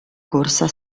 corsa